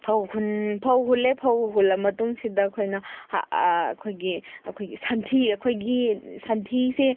ꯐꯧ ꯐꯧ ꯍꯨꯜꯂꯦ ꯐꯧ ꯍꯨꯜꯂꯕ ꯃꯇꯨꯡꯁꯤꯗ ꯑꯩꯈꯣꯏꯅ ꯑꯩꯈꯣꯏꯒꯤ ꯑꯩꯈꯣꯏꯒꯤ ꯁꯟꯊꯤ ꯑꯩꯈꯣꯏꯒꯤ ꯁꯟꯊꯤꯁꯦ